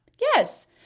Yes